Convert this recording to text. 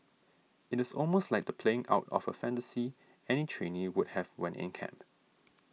it is almost like the playing out of a fantasy any trainee would have when in camp